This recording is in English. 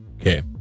Okay